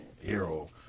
hero